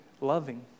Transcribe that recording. loving